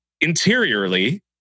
interiorly